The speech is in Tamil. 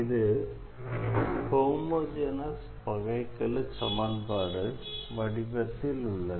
இது ஹோமோஜெனஸ் டிஃபரென்ஷியல் ஈக்குவேஷன் வடிவத்தில் உள்ளது